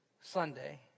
Sunday